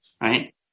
right